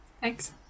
Thanks